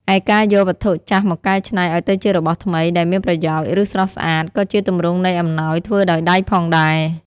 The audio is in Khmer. ឯការយកវត្ថុចាស់មកកែច្នៃឲ្យទៅជារបស់ថ្មីដែលមានប្រយោជន៍ ឬស្រស់ស្អាត ក៏ជាទម្រង់នៃអំណោយធ្វើដោយដៃផងដែរ។